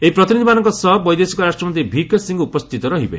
ଏହି ପ୍ରତିନିଧିମାନଙ୍କ ସହ ବୈଦେଶିକ ରାଷ୍ଟ୍ରମନ୍ତ୍ରୀ ଭିକେ ସିଂ ଉପସ୍ଥିତ ରହିବେ